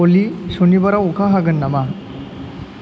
अलि सनिबाराव अखा हागोन नामा